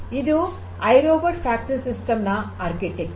ಇದು iRobot factory system ನ ವಾಸ್ತುಶಿಲ್ಪ